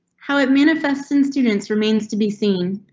how it manifests in students remains to be seen,